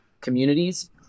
communities